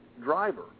driver